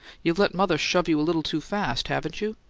you've let mother shove you a little too fast, haven't you?